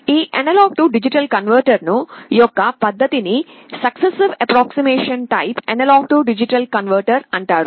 ఈ A D conversion యొక్క పద్ధతిని successive approximation type A D converter అంటారు